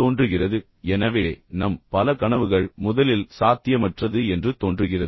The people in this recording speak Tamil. தோன்றுகிறது எனவே நம் பல கனவுகள் முதலில் சாத்தியமற்றது என்று தோன்றுகிறது